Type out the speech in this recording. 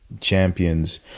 champions